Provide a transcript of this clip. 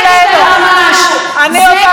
אני הודעתי שאני לא באה לפתח תקווה,